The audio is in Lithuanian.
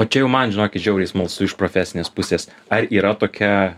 o čia jau man žinokit žiauriai smalsu iš profesinės pusės ar yra tokia